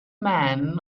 man